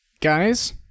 Guys